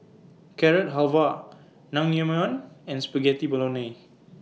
Carrot Halwa Naengmyeon and Spaghetti Bolognese